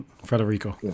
Federico